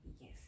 Yes